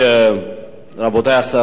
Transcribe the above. רבותי השרים,